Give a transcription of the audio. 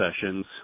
sessions